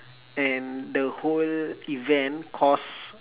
and the whole event cost